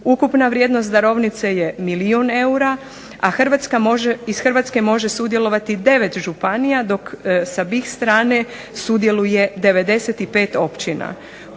Ukupna vrijednost darovnice je milijun eura, a Hrvatska može, iz Hrvatske može sudjelovati 9 županija, dok sa BiH strane sudjeluje 95 općina.